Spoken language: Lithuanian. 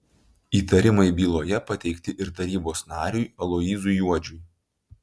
įtarimai byloje pateikti ir tarybos nariui aloyzui juodžiui